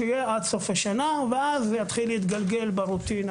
שיהיה עד סוף השנה ואז זה יתחיל להתגלגל ברוטינה.